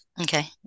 Okay